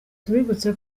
tubibutse